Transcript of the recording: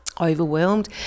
overwhelmed